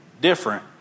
different